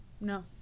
No